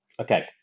Okay